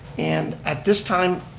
and, at this time,